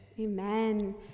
Amen